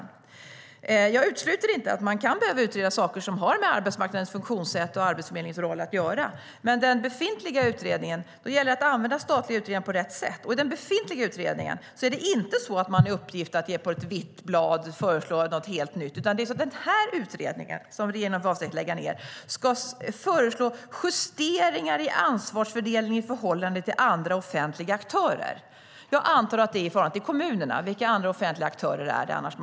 Jag utesluter inte att man kan behöva utreda saker som rör arbetsmarknadens funktionssätt och Arbetsförmedlingens roll, men det handlar om att använda statliga utredningar på rätt sätt. Den befintliga utredningen har inte till uppgift att på ett vitt blad föreslå något nytt. Den utredning som regeringen har för avsikt att lägga ned ska föreslå justeringar i ansvarsfördelningen i förhållande till andra offentliga aktörer. Jag antar att det är i förhållande till kommunerna. Vilka andra offentliga aktörer pratar man annars om?